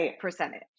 percentage